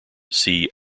see